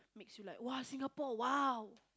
makes you like !wah! Singapore !wow!